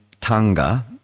Tanga